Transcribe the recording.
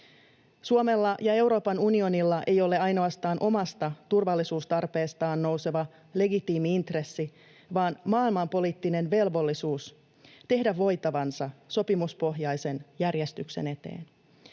Suomella ja Euroopan unionilla ei ole ainoastaan omasta turvallisuustarpeestaan nouseva legitiimi intressi, vaan maailmanpoliittinen velvollisuus tehdä voitavansa sopimuspohjaisen järjestyksen eteen.